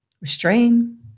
restrain